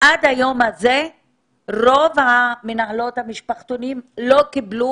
עד היום הזה רוב מנהלות המשפחתונים לא קיבלו